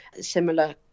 similar